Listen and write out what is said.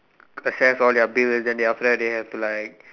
assess all their bills and then they after that they have to like